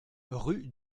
rue